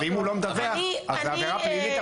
ואם הוא לא מדווח אז זו עבירה פלילית,